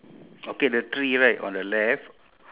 ya two chickens